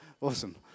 Awesome